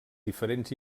diferents